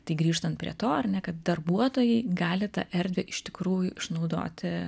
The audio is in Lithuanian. tai grįžtant prie to ar ne kad darbuotojai gali tą erdvę iš tikrųjų išnaudoti